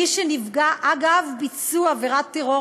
ממי שנפגע אגב ביצוע עבירת טרור,